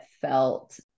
felt